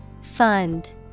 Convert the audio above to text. Fund